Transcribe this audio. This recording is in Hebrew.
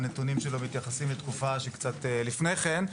הנתונים שלו מתייחסים לתקופה שקצת לפני כן.